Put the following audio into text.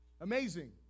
Amazing